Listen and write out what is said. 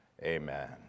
Amen